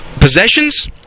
possessions